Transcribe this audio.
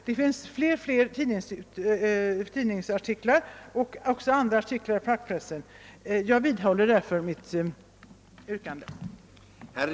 Det finns fler tidningsartiklar och artiklar i fackpressen som stöder min ståndpunkt. Jag vidhåller därför mitt yrkande.